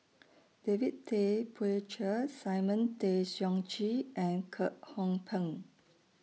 David Tay Poey Cher Simon Tay Seong Chee and Kwek Hong Png